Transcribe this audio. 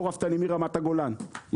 נמצאים פה רפתנים מרמת הגולן,